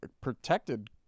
protected